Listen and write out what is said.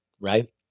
right